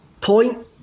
point